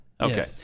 Okay